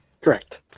Correct